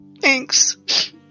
thanks